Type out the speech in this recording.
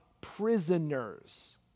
prisoners